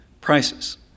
prices